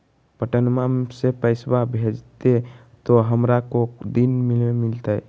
पटनमा से पैसबा भेजते तो हमारा को दिन मे मिलते?